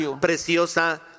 preciosa